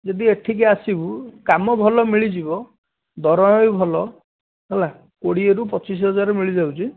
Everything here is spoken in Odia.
ଯଦି ଏଠିକି ଆସିବୁ କାମ ଭଲ ମିଳିଯିବ ଦରମା ବି ଭଲ ହେଲା କୋଡ଼ିଏରୁ ପଚିଶ ହଜାର ମିଳିଯାଉଛି